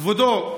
כבודו,